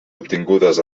obtingudes